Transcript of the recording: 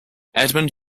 edmund